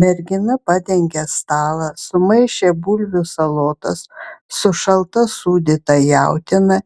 mergina padengė stalą sumaišė bulvių salotas su šalta sūdyta jautiena